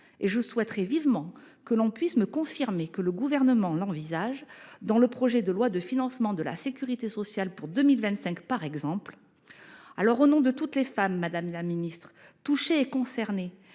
Je souhaiterais vivement que vous me confirmiez que le Gouvernement l’envisage, dans le projet de loi de financement de la sécurité sociale pour 2025 par exemple. Au nom de toutes les femmes touchées et concernées,